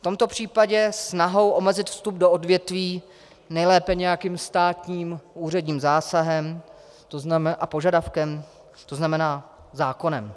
V tomto případě snahou omezit vstup do odvětví, nejlépe nějakým státním úředním zásahem a požadavkem, to znamená zákonem.